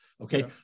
okay